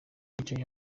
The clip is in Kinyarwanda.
wicaye